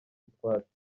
utwatsi